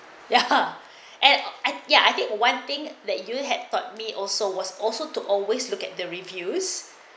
ya ha and ya I think one thing that you had taught me also was also to always look at the reviews